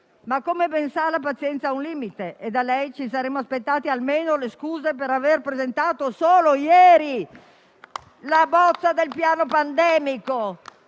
ma, come ben sa, la pazienza ha un limite, e da lei ci saremmo aspettati almeno le scuse per aver presentato solo ieri la bozza del piano pandemico,